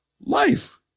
life